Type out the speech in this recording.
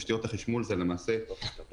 תשתיות החשמול זה התקנה.